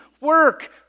Work